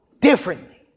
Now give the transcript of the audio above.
differently